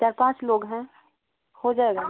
चार पाँच लोग हैं हो जाएगा